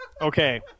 Okay